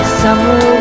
summer